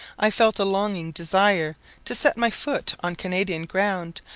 i felt a longing desire to set my foot on canadian ground,